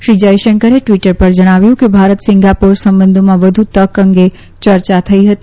શ્રી જયશંકરે ટવીટર પર જણાવ્યું કે ભારત સિંગાપોર સંબંધોમાં વધુ તક અંગે યર્ચા થઈ હતી